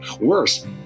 Worse